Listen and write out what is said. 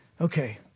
okay